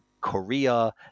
korea